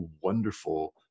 wonderful